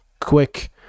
quick